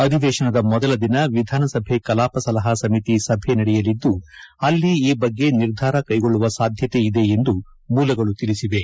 ಅಧಿವೇಶನದ ಮೊದಲ ದಿನ ವಿಧಾನಸಭೆ ಕಲಾಪ ಸಲಹಾ ಸಮಿತಿ ಸಭೆ ನಡೆಯಲಿದ್ದು ಅಲ್ಲಿ ಈ ಬಗ್ಗೆ ನಿರ್ಧಾರ ಕೈಗೊಳ್ಳುವ ಸಾಧ್ಯತೆ ಇದೆ ಎಂದು ಮೂಲಗಳು ತಿಳಿಸಿವೆ